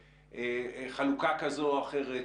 כמו חלוקה כזו או אחרת,